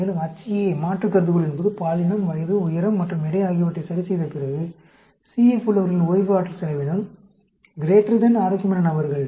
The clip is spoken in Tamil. மேலும் HA மாற்று கருதுகோள் என்பது பாலினம் வயது உயரம் மற்றும் எடை ஆகியவற்றை சரிசெய்த பிறகு CF உள்ளவர்களின் ஓய்வு ஆற்றல் செலவினம் ஆரோக்கியமான நபர்கள்